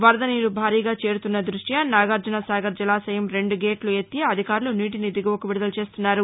వరద నీరు భారీగా చేరుతున్న దృష్ట్య నాగార్జున సాగర్ జలాశయం రెండు గేట్లు ఎత్తి అధికారులు నీటిని దిగువకు విడుదల చేస్తున్నారు